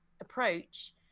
approach